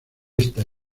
esta